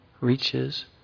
reaches